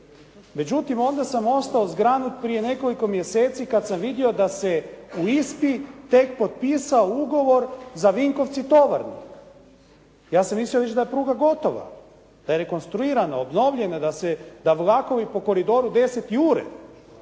Međutim, onda sam ostao zgranut prije nekoliko mjeseci kada sam vidio da se u ISP-i tek potpisao ugovor za Vinkovci-Tovarnik. Ja sam mislio već da je pruga gotova, da je rekonstruirana, obnovljena, da vlakovi po Koridoru 10. jure.